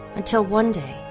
until one day,